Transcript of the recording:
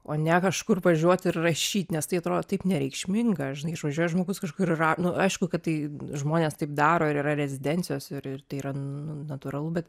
o ne kažkur važiuot ir rašyt nes tai atrodo taip nereikšminga žinai išvažiuoja žmogus kažkur ir ra nu aišku kad tai žmonės taip daro ir yra rezidencijos ir ir tai yra nu natūralu bet